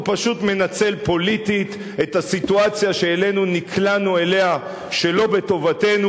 הוא פשוט מנצל פוליטית את הסיטואציה שנקלענו אליה שלא בטובתנו,